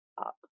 up